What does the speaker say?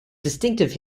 distinctive